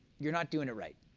you're not doing it right.